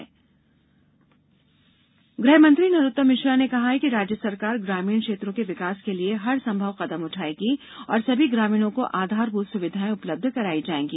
षिलान्यास कार्यक्रम गृहमंत्री नरोत्तम मिश्रा ने कहा है कि राज्य सरकार ग्रामीण क्षेत्रों के विकास के लिए हरसंभव कदम उठायेगी और सभी ग्रामीणों को आधारभूत सुविधाएं उपलब्ध कराई जायेगी